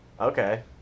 okay